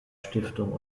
stiftung